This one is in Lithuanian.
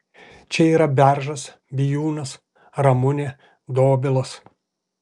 čia yra beržas bijūnas ramunė dobilas